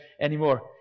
anymore